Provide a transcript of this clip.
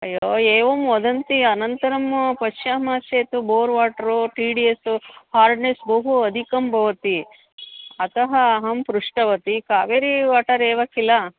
अ एवं वदन्ति अनन्तरं पश्यामः चेत् bore water T D S hardness बहु अधिकं भवति अतः अहं पृष्टवती कावेरी वाटर् एव किल